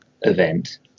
event